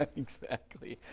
ah exactly.